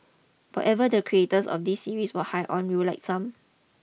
whatever the creators of this series was high on we'd like some